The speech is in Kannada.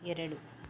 ಎರಡು